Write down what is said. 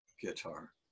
guitar